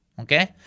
okay